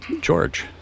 George